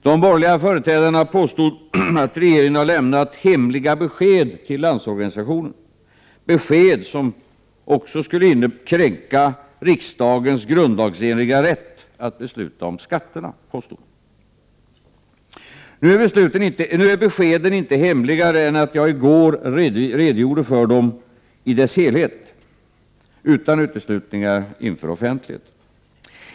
De borgerliga företrädarna påstod att regeringen har lämnat hemliga besked till Landsorganisationen, besked som också skulle kränka riksdagens grundlagsenliga rätt att besluta om skatterna. Nu är beskeden inte hemligare än att jag i går redogjorde för dem i deras helhet utan uteslutningar inför offentligheten.